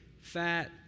fat